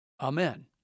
Amen